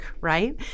right